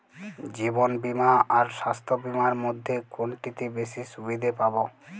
জীবন বীমা আর স্বাস্থ্য বীমার মধ্যে কোনটিতে বেশী সুবিধে পাব?